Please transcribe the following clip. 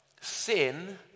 sin